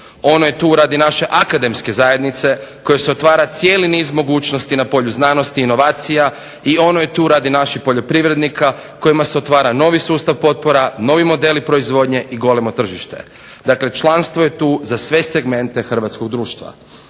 Ono je tu radi naše akademske zajednice kojim se otvara cijeli niz mogućnosti na polju znanosti, inovacija i ono je tu radi naših poljoprivrednika kojima se otvara novi sustav potpora, novi modeli proizvodnje i golemo tržište. Dakle članstvo je tu za sve segmente hrvatskog društva,